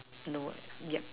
no yup